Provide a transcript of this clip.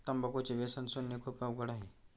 तंबाखूचे व्यसन सोडणे खूप अवघड आहे